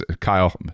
Kyle